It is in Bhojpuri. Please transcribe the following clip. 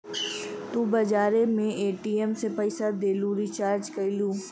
तू बजारे मे ए.टी.एम से पइसा देलू, रीचार्ज कइलू